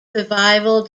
revival